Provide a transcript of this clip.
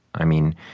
i mean,